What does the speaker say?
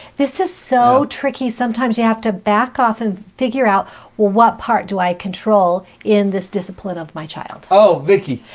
this is so tricky. sometimes, you have to back off and figure out what part do i control in this discipline of my child. oh, vicki.